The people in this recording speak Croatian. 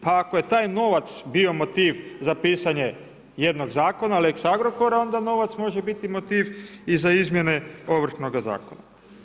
Pa ako je taj novac bio motiv za pisanje jednog zakona, lex Agrokor, onda novac može biti motiv i za izmjene Ovršnoga zakona.